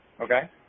Okay